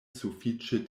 sufiĉe